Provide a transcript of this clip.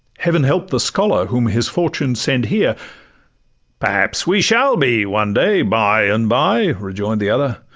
heaven help the scholar whom his fortune sends here perhaps we shall be one day, by and by rejoin'd the other,